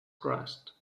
crust